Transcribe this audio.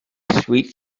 sweet